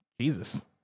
Jesus